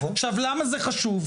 עכשיו, למה זה חשוב?